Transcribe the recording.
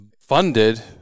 funded